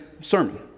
sermon